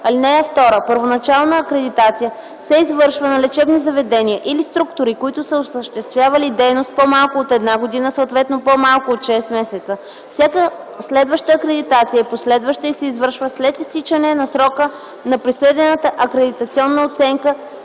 ал. 1. (2) Първоначална акредитация се извършва на лечебни заведения или структури, които са осъществявали дейност по-малко от една година, съответно по-малко от 6 месеца. Всяка следваща акредитация е последваща и се извършва след изтичане на срока на присъдената акредитационна оценка